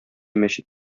мәчет